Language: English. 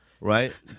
right